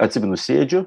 atsimenu sėdžiu